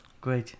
Great